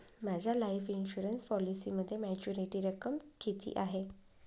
माझ्या life insurance पॉलिसीमध्ये maturity रक्कम किती आहे?